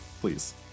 please